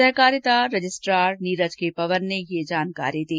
सहकारिता registrar Neeraj K Pawan ने ये जानकारी दी